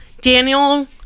Daniel